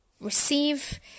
receive